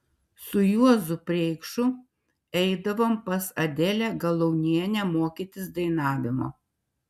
su juozu preikšu eidavom pas adelę galaunienę mokytis dainavimo